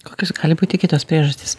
kokios gali būti kitos priežastys